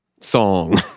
song